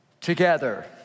together